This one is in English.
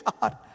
God